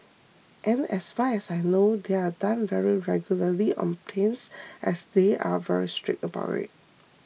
and as far as I know they are done very regularly on planes as they are very strict about it